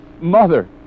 Mother